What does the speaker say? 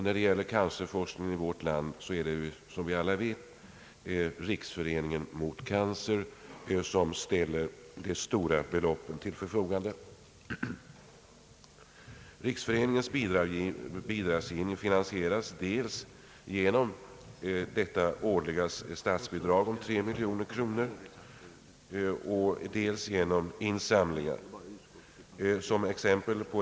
När det gäller cancerforskningen i vårt land är det, som vi alla vet, riksföreningen mot cancer som ställer de stora beloppen till förfogande. Riksföreningens bidragsgivning finansieras dels genom det årliga statsbidraget om 3 miljoner kronor och dels genom insamlingar.